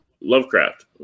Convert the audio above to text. Lovecraft